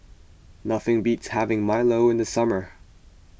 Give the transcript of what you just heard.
nothing beats having Milo in the summer